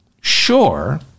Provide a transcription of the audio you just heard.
sure